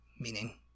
meaning